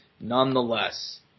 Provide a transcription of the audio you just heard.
nonetheless